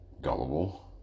gullible